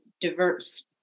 diverse